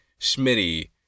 Schmitty